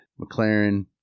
McLaren